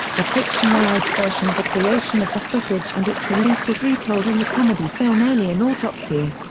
a fictionalized version of the creation of the footage and its release was retold in the comedy film alien autopsy.